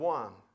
one